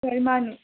ꯍꯣꯏ ꯃꯥꯅꯦ